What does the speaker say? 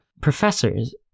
professors